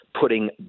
putting